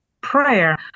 prayer